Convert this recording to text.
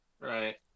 Right